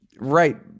Right